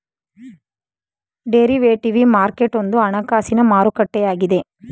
derivative market ಒಂದು ಹಣಕಾಸಿನ ಮಾರುಕಟ್ಟೆಯಾಗಿದೆ